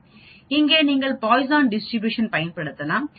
இங்கே நீங்கள் Poisson distribution பயன்படுத்தலாம்